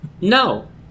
No